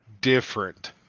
different